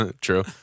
True